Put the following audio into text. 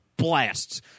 blasts